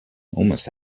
almost